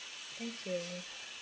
thank you